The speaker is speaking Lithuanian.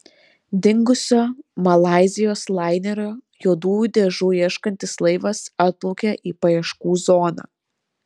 dingusio malaizijos lainerio juodųjų dėžių ieškosiantis laivas atplaukė į paieškų zoną